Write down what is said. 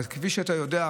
אבל כפי שאתה יודע,